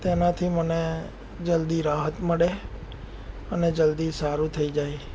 તેનાથી મને જલ્દી રાહત મળે અને જલ્દી સારું થઈ જાય